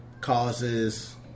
causes